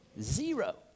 Zero